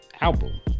album